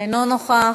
אינו נוכח,